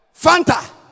Fanta